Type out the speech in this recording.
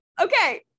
okay